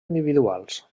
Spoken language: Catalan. individuals